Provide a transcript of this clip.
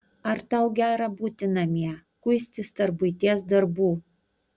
ar tau gera būti namie kuistis tarp buities darbų